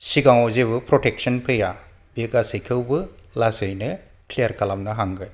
सिगाङाव जेबो प्रटेक्सन फैया बि गासैखौबो लासैनो क्लियार खालामनो हागोन